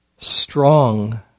strong